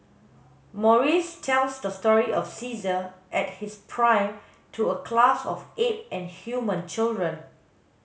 Maurice tells the story of Caesar at his prime to a class of ape and human children